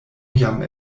jam